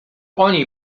oni